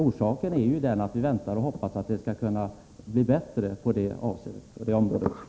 Orsaken är alltså att vi väntar och hoppas att det skall kunna bli bättre på det området.